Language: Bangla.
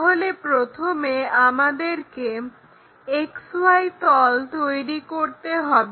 তাহলে প্রথমে আমাদেরকে XY তল তৈরি করতে হবে